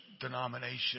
denomination